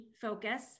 focus